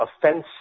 offensive